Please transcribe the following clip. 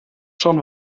schon